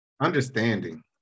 understanding